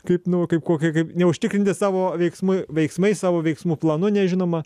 kaip nu kaip kokie kaip neužtikrinti savo veiksmu veiksmais savo veiksmų planu nežinoma